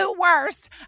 worst